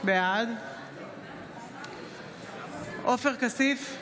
בעד עופר כסיף,